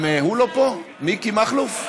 גם הוא לא פה, מיקי מכלוף?